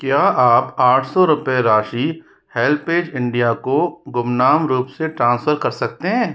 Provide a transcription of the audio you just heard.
क्या आप आठ सौ रुपये राशि हेल्पेज इंडिया को गुमनाम रूप से ट्रांसफ़र कर सकते हैं